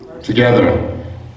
Together